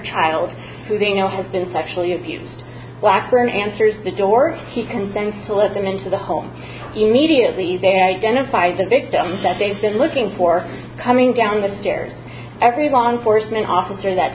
child who they know has been sexually abused blackburn answers the door he consents to let them into the home immediately they identified the victim that they've been looking for coming down the stairs every law enforcement officer that